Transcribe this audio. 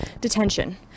detention